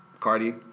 Cardi